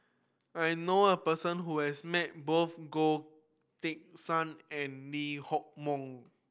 I know a person who has met both Goh Teck Sian and Lee Hock Moh